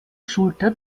schulter